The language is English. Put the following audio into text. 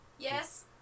Yes